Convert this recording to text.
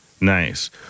Nice